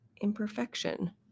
imperfection